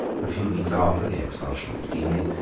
a few weeks after the expulsion of the demies,